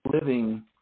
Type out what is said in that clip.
living